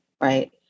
Right